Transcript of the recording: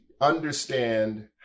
understand